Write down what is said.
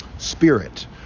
spirit